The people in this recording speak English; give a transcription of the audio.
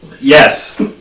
Yes